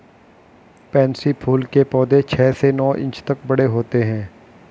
pansy फूल के पौधे छह से नौ इंच तक बड़े होते हैं